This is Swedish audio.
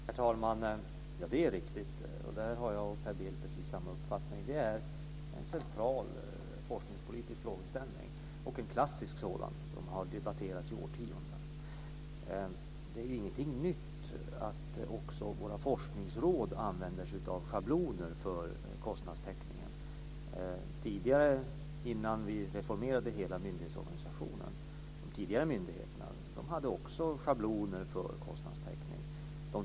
Herr talman! Ja, det är riktigt. Där har jag och Per Bill precis samma uppfattning. Detta är en central klassisk forskningspolitisk frågeställning som har debatterats i årtionden. Det är ingenting nytt att också våra forskningsråd använder sig av schabloner för kostnadstäckningen. Innan vi reformerade hela myndighetsorganisationen hade de tidigare myndigheterna också schabloner för kostnadstäckningen.